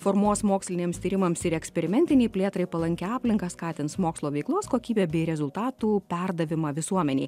formuos moksliniams tyrimams ir eksperimentinei plėtrai palankią aplinką skatins mokslo veiklos kokybę bei rezultatų perdavimą visuomenei